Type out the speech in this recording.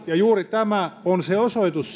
ja juuri tämä on osoitus